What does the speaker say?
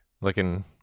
looking